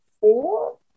four